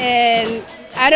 and i